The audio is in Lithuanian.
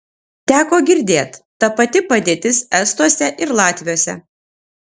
teko girdėt ta pati padėtis estuose ir latviuose